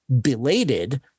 belated